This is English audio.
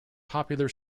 popular